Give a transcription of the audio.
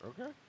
Okay